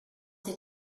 dir